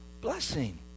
blessing